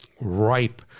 ripe